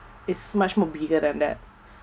it's much more bigger than that